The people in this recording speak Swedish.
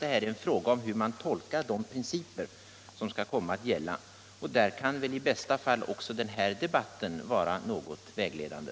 Det är här en fråga om hur man tolkar de principer som skall komma att gälla. Därvidlag kan väl i bästa fall också denna debatt vara i någon mån vägledande.